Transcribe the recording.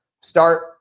start